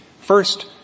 First